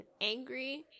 angry